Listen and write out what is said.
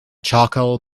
charcoal